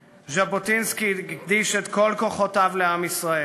ז'בוטינסקי "הקדיש את כל כוחותיו לעם ישראל.